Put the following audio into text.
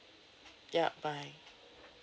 yup bye